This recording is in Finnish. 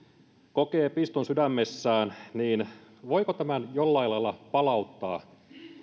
kokee piston sydämessään niin voiko tämän jollain lailla palauttaa